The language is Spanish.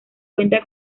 cuenta